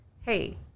hey